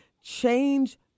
change